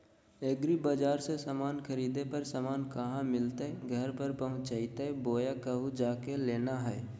एग्रीबाजार से समान खरीदे पर समान कहा मिलतैय घर पर पहुँचतई बोया कहु जा के लेना है?